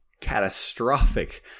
catastrophic